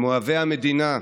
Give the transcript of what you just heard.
הם אוהבי המדינה,